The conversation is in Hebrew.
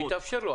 זה יתאפשר לו.